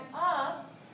up